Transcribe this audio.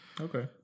Okay